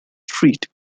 street